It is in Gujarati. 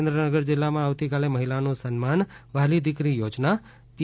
સુરેન્દ્રનગર જિલ્લામાં આવતાકાલે મહિલાઓનું સન્માન વ્હાલી દીકરી યોજનાપી